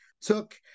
took